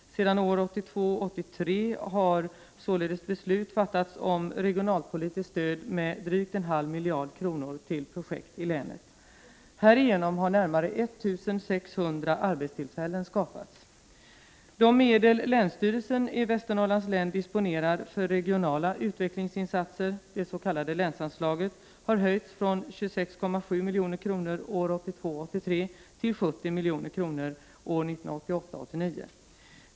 Sedan budgetåret 1982 83 till 70 milj.kr. budgetåret 1988/89.